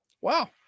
Wow